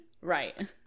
Right